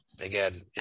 Again